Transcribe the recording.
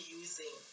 using